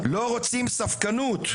לא רוצים ספקנות.